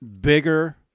bigger